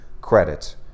credit